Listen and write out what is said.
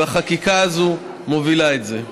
והחקיקה הזאת מובילה את זה.